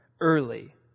early